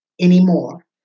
anymore